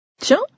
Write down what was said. Tiens